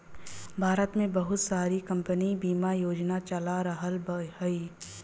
भारत में बहुत सारी कम्पनी बिमा योजना चला रहल हयी